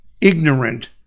ignorant